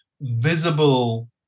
visible